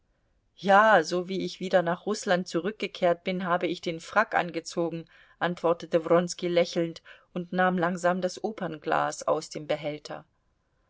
ja sowie ich wieder nach rußland zurückgekehrt bin habe ich den frack angezogen antwortete wronski lächelnd und nahm langsam das opernglas aus dem behälter